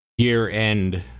Year-end